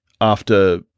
after-